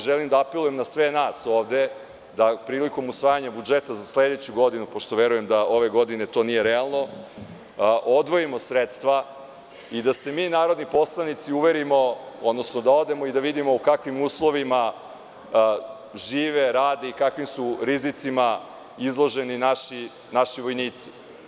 Želim da apelujem na sve nas ovde da prilikom usvajanja budžeta za sledeću godinu, pošto verujem da ove godine to nije realno, odvojimo sredstva i da se mi narodni poslanici uverimo, odnosno da odemo i da vidimo u kakvim uslovima žive, rade i kakvim su rizicima izloženi naši vojnici.